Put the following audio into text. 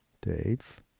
Dave